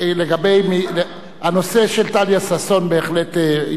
הנושא של טליה ששון בהחלט מן העניין.